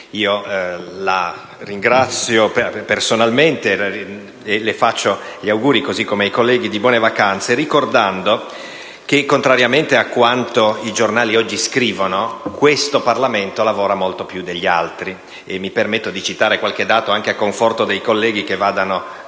Io la ringrazio personalmente e le rivolgo gli auguri, così come ai colleghi, di buone vacanze, ricordando che, contrariamente a quanto i giornali oggi scrivono, questo Parlamento lavora molto più degli altri. Mi permetto di citare qualche dato, anche a conforto dei colleghi, affinché vadano